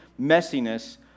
messiness